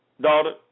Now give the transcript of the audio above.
daughter